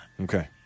Okay